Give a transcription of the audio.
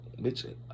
bitch